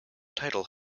title